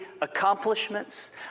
accomplishments